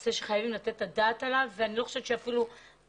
נושא שחייבים לתת עליו את הדעת ואני לא חושבת שאפילו הישיבה